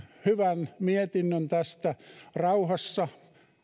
hyvän mietinnön tästä rauhassa